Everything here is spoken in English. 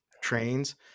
trains